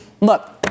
look